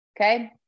Okay